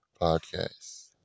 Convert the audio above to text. Podcast